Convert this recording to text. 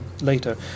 later